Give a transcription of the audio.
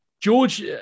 George